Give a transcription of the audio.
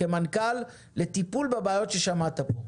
כמנכ"ל לטיפול בבעיות ששמעת פה.